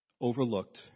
overlooked